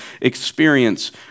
experience